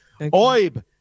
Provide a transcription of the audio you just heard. Oib